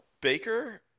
Baker